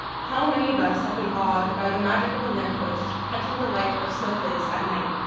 how many of us have been awed by the magic of a lamppost catching the light of snowflakes at night?